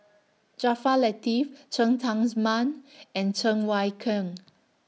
Jaafar Latiff Cheng Tsang Man and Cheng Wai Keung